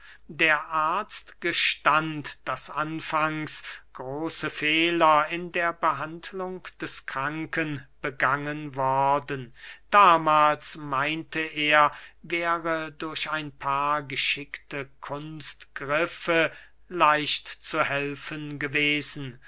der arzt gestand daß anfangs große fehler in der behandlung des kranken begangen worden damahls meinte er wäre durch ein paar geschickte kunstgriffe leicht zu helfen gewesen